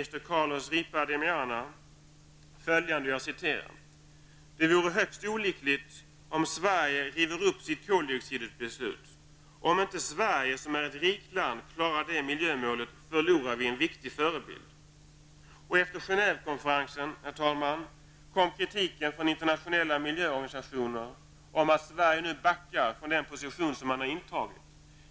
Efter Carlo Ripa Di Meana följande: ''Det vore högst olyckligt om Sverige river upp sitt koldioxidbeslut. Om inte Sverige, som är ett rikt land, klarar det miljömålet förlorar vi en verklig förebild.'' Herr talman! Efter Genèvekonferensen kom kritiken från internationella miljöorganisationer om att Sverige nu backar från den position som man intagit.